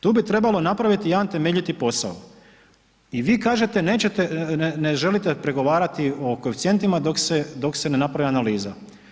Tu bi trebalo napraviti jedan temeljiti posao i vi kažete nećete pregovarati o koeficijentima dok se ne napravi analiza.